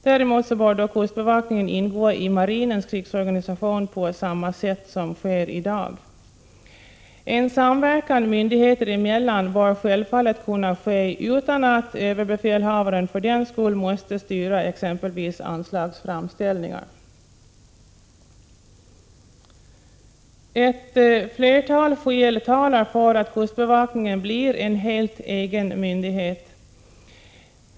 Däremot bör kustbevakningen ingå i marinens krigsorganisation på samma sätt som sker i dag. En samverkan myndigheter emellan bör självfallet kunna ske utan att överbefälhavaren för den skull måste styra exempelvis anslagsframställningar. Ett flertal skäl talar för att kustbevakningen blir en helt egen myndighet.